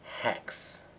hex